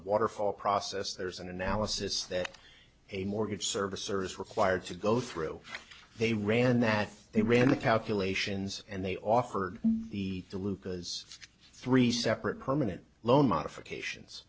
waterfall process there's an analysis that a mortgage servicer is required to go through they ran that they ran the calculations and they offered the lukas three separate permanent loan modifications